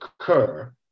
occur